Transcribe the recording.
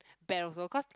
bad also cause